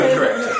Correct